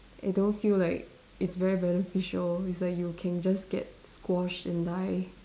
I don't feel like it's very beneficial cause like you can just get squashed and die